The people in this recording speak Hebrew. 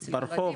אצל הילדים,